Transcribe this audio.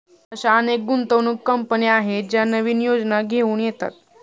अशा अनेक गुंतवणूक कंपन्या आहेत ज्या नवीन योजना घेऊन येतात